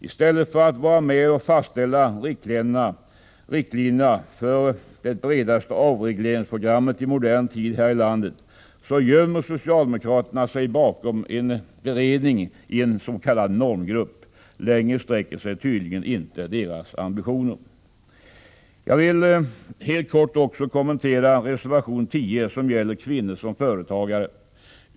I stället för att vara med och fastställa riktlinjerna för det bredaste avregleringsprogrammet i modern tid här i landet gömmer socialdemokraterna sig bakom en beredning i en s.k. normgrupp. Längre sträcker sig tydligen inte deras ambitioner. Jag vill helt kort också kommentera reservation 10 som gäller kvinnor som företagare.